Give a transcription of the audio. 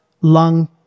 lung